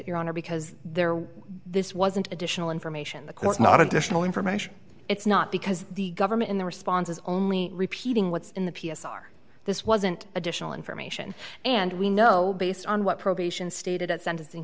your honor because there was this wasn't additional information the course not additional information it's not because the government in the response is only repeating what's in the p s r this wasn't additional information and we know based on what probation stated at sentencing